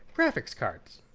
graphics cards.